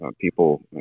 People